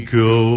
go